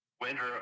winter